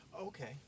okay